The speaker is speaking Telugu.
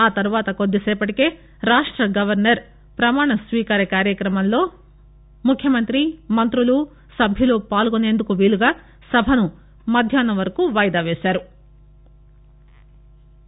ఆ తర్వాత కొద్దిసేపటికే రాష్ట గవర్నర్ ప్రమాణస్వీకార కార్యక్రమంలో ముఖ్యమంతి మంతులు సభ్యులు పాల్గొనేందుకు వీలుగా సభను మధ్యాహ్నం వరకు వాయిదా వేశారు